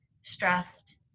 stressed